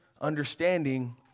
understanding